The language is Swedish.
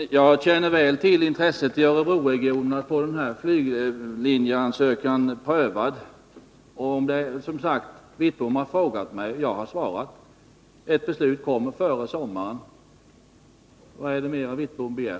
Fru talman! Jag känner väl till intresset i Örebroregionen att få flyglinjeansökan prövad. Bengt Wittbom har frågat mig om det och jag har svarat. Ett beslut kommer före sommaren. Vad begär Bengt Wittbom mer?